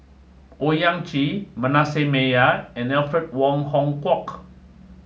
Owyang Chi Manasseh Meyer and Alfred Wong Hong Kwok